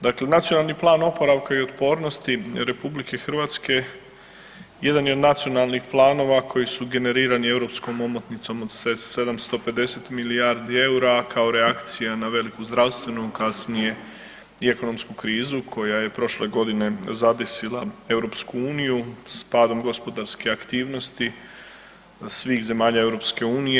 Dakle, Nacionalni plan oporavka i otpornosti RH jedan je od nacionalnih planova koji su generirani europskom omotnicom od 750 milijardi EUR-a, a kao reakcija na veliku zdravstvenu, a kasnije i ekonomsku krizu koja je prošle godine zadesila EU s padom gospodarske aktivnosti svih zemalja EU.